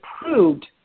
approved